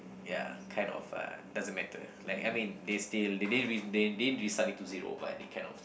ya kind of uh doesn't matter like I mean they still they didn't they didn't resubmit to zero but they kind of